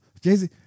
Jay-Z